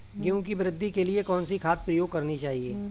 गेहूँ की वृद्धि के लिए कौनसी खाद प्रयोग करनी चाहिए?